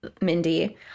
Mindy